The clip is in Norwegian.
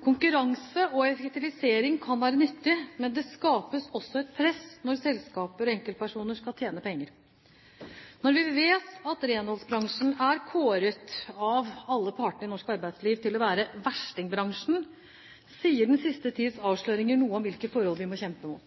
Konkurranse og effektivisering kan være nyttig, men det skapes også et press når selskaper og enkeltpersoner skal tjene penger. Når vi vet at renholdsbransjen er kåret til «verstingbransjen» av alle partene i norsk arbeidsliv, sier den siste tids avsløringer noe om hvilke forhold vi må kjempe mot.